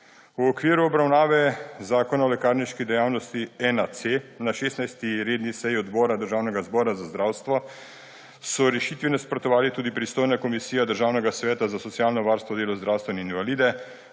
V okviru obravnave Zakona o lekarniški dejavnosti-1C na 16. redni seji Odbora Državnega zbora za zdravstvo so rešitvi nasprotovali tudi pristojna Komisija Državnega sveta za socialno varstvo, delo, zdravstvo in invalide,